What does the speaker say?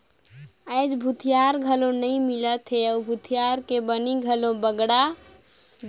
आयज भूथिहार घलो नइ मिलत हे अउ भूथिहार के बनी घलो बड़ गेहे